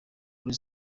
kuri